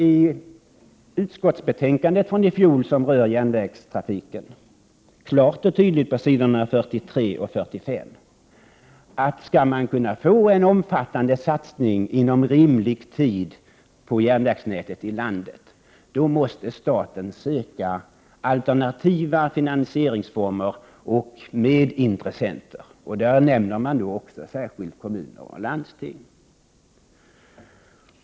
I utskottsbetänkandet från i fjol om järnvägstrafiken sades klart och tydligt på s. 43 och 35 att skall man få en omfattande satsning på järnvägsnätet i landet inom en rimlig tid, måste staten söka alternativa finansieringsformer och medintressenter. Där nämndes särskilt kommuner och landsting.